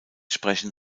sprechen